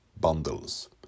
bundles